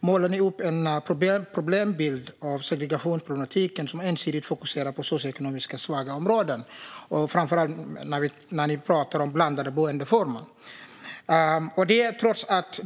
målar ni upp en bild av segregationsproblematiken som ensidigt fokuserar på socioekonomiskt svaga områden, framför allt när ni pratar om blandade boendeformer.